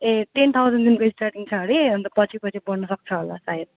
ए ten थाउजेन्डदेखिन्को starting छ अरे अन्त पछि पछि बढन सक्छ होला सायद